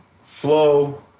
flow